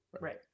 Right